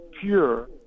pure